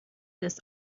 this